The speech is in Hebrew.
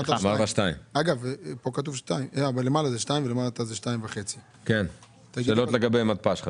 אמרת 2. למעלה כתוב 2 ולמטה 2.5. שאלות לגבי מתפ"ש.